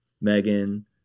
Megan